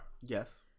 Yes